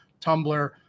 Tumblr